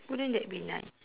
wouldn't that be nice